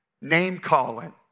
name-calling